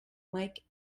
mike